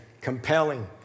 compelling